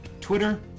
twitter